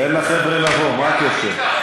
תן לחבר'ה לבוא, מה הקשר?